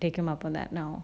take him up on that now